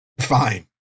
fine